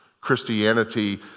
Christianity